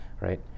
Right